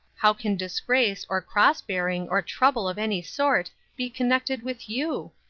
how can disgrace, or cross-bearing, or trouble of any sort, be connected with you?